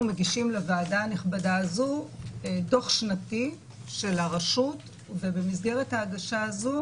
מגישים לוועדה הנכבדה הזו דוח שנתי של הרשות ובמסגרת ההגשה הזו